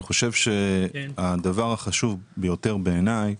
הדבר החשוב ביותר בעיניי